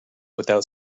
without